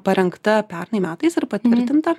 parengta pernai metais ir patvirtinta